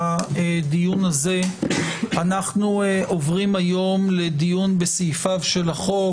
היום בדיון הזה אנחנו עוברים לדיון בסעיפיו של החוק.